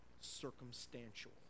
circumstantial